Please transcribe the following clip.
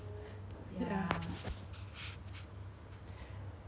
which is like a few years back already then you just suddenly wanted to start